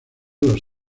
los